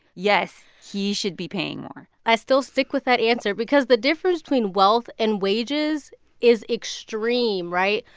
yes, he should be paying more i still stick with that answer because the difference between wealth and wages is extreme, right?